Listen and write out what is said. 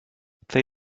they